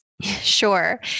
Sure